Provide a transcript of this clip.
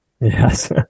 Yes